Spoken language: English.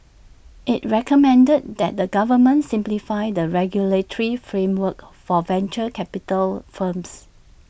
IT recommended that the government simplify the regulatory framework for venture capital firms